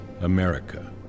America